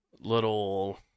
Little